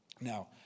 Now